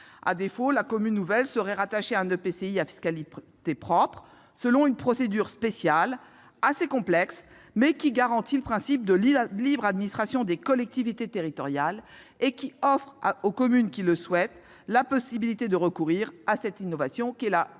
À défaut, la commune nouvelle serait rattachée à un EPCI à fiscalité propre selon une procédure spéciale, assez complexe, mais qui garantit le principe de libre administration des collectivités territoriales et offre aux communes le souhaitant la possibilité de recourir à cette innovation qu'est la